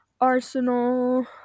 Arsenal